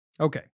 Okay